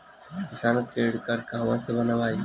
किसान credit card कहवा से बनवाई?